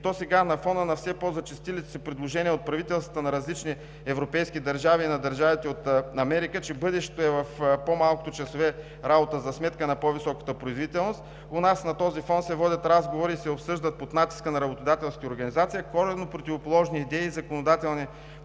то сега, на фона на все по-зачестилите предложения от правителствата на различни европейски държави и на държавите от Америка, че бъдещето е в по-малкото часове работа за сметка на по-високата производителност. На този фон у нас се водят разговори и под натиска на работодателските организации се обсъждат коренно противоположни идеи за законодателни промени,